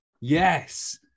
Yes